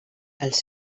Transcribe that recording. els